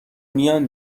میان